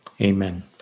amen